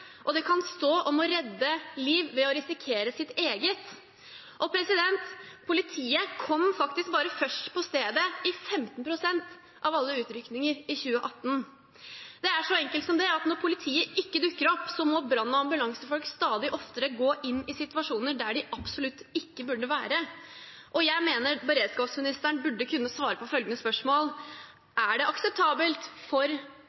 og det kan stå om å redde liv ved å risikere ens eget. Politiet kom faktisk først til stedet i bare 15 pst. av alle utrykninger i 2018. Dette er så enkelt som at når politiet ikke dukker opp, må brann- og ambulansefolk stadig oftere gå inn i situasjoner der de absolutt ikke burde være, og jeg mener beredskapsministeren burde kunne svare på følgende spørsmål: Er det akseptabelt for